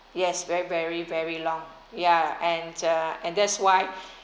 yes very very very long yeah and uh and that's why